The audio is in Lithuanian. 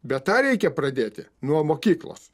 bet tą reikia pradėti nuo mokyklos